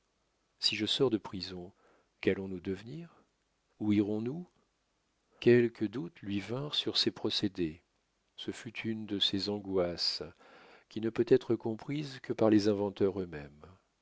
si je sors de prison qu'allons-nous devenir où irons-nous quelques doutes lui vinrent sur ses procédés ce fut une de ces angoisses qui ne peut être comprise que par les inventeurs eux-mêmes